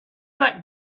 that